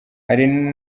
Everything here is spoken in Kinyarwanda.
hari